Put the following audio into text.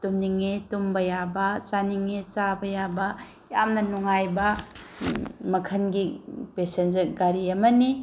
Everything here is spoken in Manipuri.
ꯇꯨꯝꯅꯤꯡꯉꯦ ꯇꯨꯝꯕ ꯌꯥꯕ ꯆꯥꯅꯤꯡꯉꯦ ꯆꯥꯕ ꯌꯥꯕ ꯌꯥꯝꯅ ꯅꯨꯡꯉꯥꯏꯕ ꯃꯈꯜꯒꯤ ꯄꯦꯁꯦꯟꯖꯔ ꯒꯥꯔꯤ ꯑꯃꯅꯤ